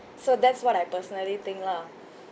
so that's what I personally think lah